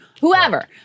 whoever